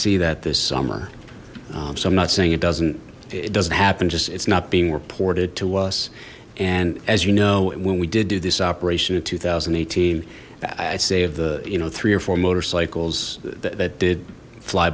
see that this summer so i'm not saying it doesn't it doesn't happen just it's not being reported to us and as you know when we did do this operation of two thousand and eighteen i'd say of the you know three or four motorcycles that did fly